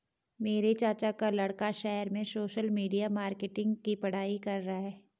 मेरे चाचा का लड़का शहर में सोशल मीडिया मार्केटिंग की पढ़ाई कर रहा है